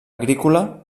agrícola